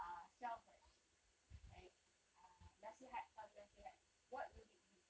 ah self right like uh nasihat some nasihat what would it be